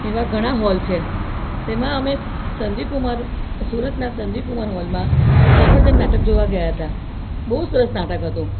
એવા ઘણા હૉલ છે તેમાં અમે સ સંજીવકુમાર સુરતના સંજીવકુમાર હૉલમાં સફરજન નાટક જોવા ગયા હતા બહુ સરસ નાટક હતું